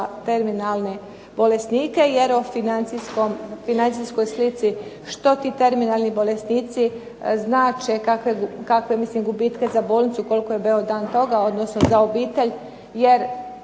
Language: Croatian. terminalne bolesnike jer o financijskoj slici što ti terminalni bolesnici znače, kakve mislim gubitke za bolnicu, koliko je .../Govornica se ne razumije./...